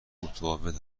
متفاوت